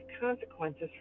consequences